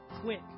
Quick